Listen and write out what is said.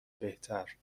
بهتر